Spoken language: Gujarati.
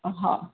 હં